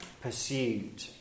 pursued